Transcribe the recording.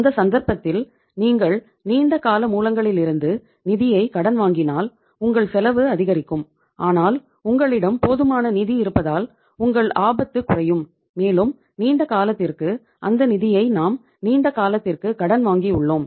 அந்த சந்தர்ப்பத்தில் நீங்கள் நீண்ட கால மூலங்களிலிருந்து நிதியை கடன் வாங்கினால் உங்கள் செலவு அதிகரிக்கும் ஆனால் உங்களிடம் போதுமான நிதி இருப்பதால் உங்கள் ஆபத்து குறையும் மேலும் நீண்ட காலத்திற்கு அந்த நிதியை நாம் நீண்ட காலத்திற்கு கடன் வாங்கியுள்ளோம்